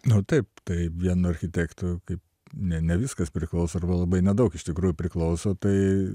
nu taip taip vienu architektu kaip ne ne viskas priklauso arba labai nedaug iš tikrųjų priklauso tai